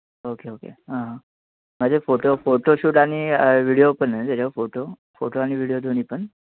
okay okay हां माझे photo photo shoot आणि विडीयो पण ए फोटो फोटो आणि विडीयो दोन्ही पण